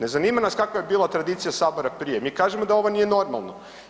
Ne zanima nas kakva je bila tradicija sabora prije, mi kažemo da ovo nije normalno.